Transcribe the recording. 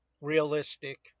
realistic